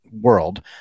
world